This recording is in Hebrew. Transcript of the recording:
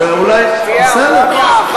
שם תהיה אהבה,